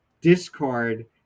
discard